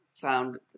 found